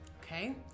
Okay